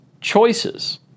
choices